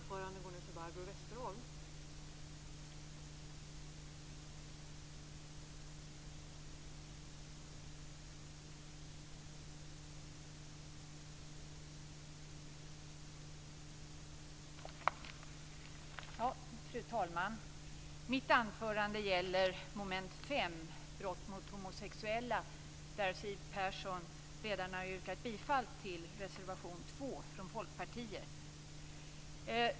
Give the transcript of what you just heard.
Fru talman! Mitt anförande gäller mom. 5 - brott mot homosexuella. Siw Persson har redan yrkat bifall till reservation 2 från Folkpartiet.